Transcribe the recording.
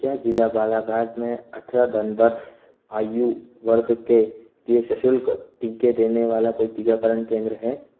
क्या ज़िला बालाघाट में अठारह धन वर्ष आयु वर्ग के लिए सशुल्क टीके देने वाला कोई टीकाकरण केंद्र है